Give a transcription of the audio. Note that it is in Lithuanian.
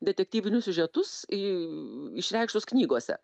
detektyvinius siužetus į išreikštus knygose